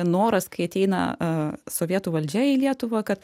noras kai ateina sovietų valdžia į lietuvą kad